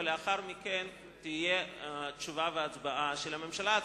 ולאחר מכן תהיה תשובה של הממשלה והצבעה.